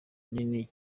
inini